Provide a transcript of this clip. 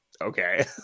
okay